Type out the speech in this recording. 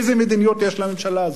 איזו מדיניות יש לממשלה הזאת?